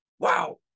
wow